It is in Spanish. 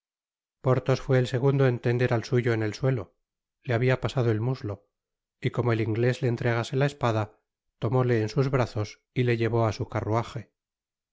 porthos fué el segundo en tender al suyo en el suelo le habia pasado el muslo y como el inglés le entregase la espada tomóle en sus brazos y le llevó á su carruaje